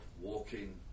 walking